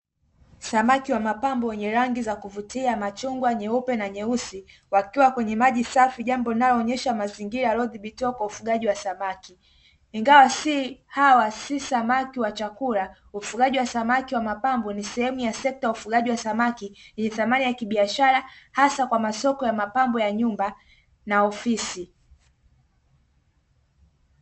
Samaki wa mapambo wenye rangi za kuvutia machungwa, nyeupe na nyeusi wakiwa kwenye maji safi, jambo linaloonyesha mazingira yaliyodhibitiwa kwa ufugaji wa samaki. Ingawa hawa si samaki wa chakula, ufugaji wa samaki wa mapambo ni sehemu ya sekta ya ufugaji wa samaki yenye thamani ya kibiashara hasa kwa masoko ya mapambo ya nyumba na ofisi.